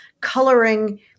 coloring